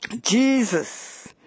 Jesus